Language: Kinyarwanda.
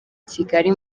kigali